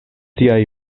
siaj